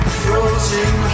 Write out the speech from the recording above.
frozen